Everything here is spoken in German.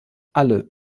alle